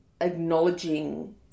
acknowledging